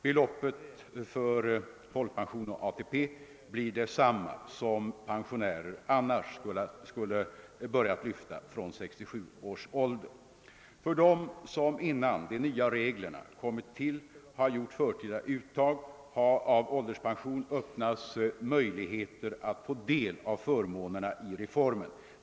Beloppet för folkpension och ATP blir detsamma som pensionärer annars skulle börjat lyfta från 67 års ålder. För dem som innan de nya reglerna kommit till har gjort förtida uttag av ålderspension öppnas möjligheter att få del av förmånerna i reformen.